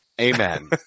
Amen